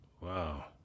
Wow